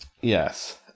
yes